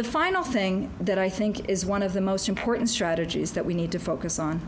the final thing that i think is one of the most important strategies that we need to focus on